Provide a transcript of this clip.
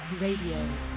Radio